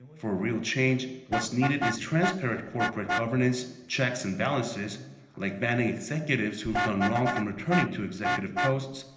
for a real change, what's needed is transparent corporate governance, checks and balances like banning executives who've done wrong from returning to executive posts.